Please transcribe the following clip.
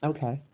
Okay